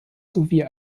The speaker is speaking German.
sowie